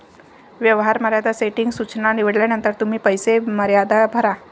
व्यवहार मर्यादा सेटिंग सूचना निवडल्यानंतर तुम्ही पैसे मर्यादा भरा